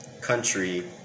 country